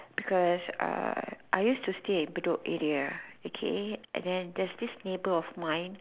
because uh I used to stay in Bedok area okay and then there's this neighbor of mine